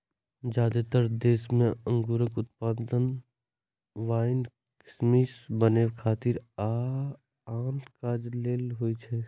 जादेतर देश मे अंगूरक उत्पादन वाइन, किशमिश बनबै खातिर आ आन काज लेल होइ छै